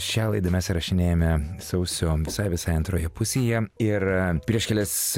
šią laidą mes įrašinėjame sausio visai visai antroje pusėje ir prieš kelias